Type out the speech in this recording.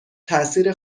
تأثیر